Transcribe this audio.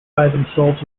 themselves